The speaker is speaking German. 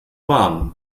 warm